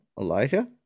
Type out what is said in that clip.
Elijah